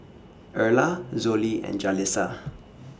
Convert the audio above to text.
Erla Zollie and Jalissa